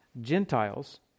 Gentiles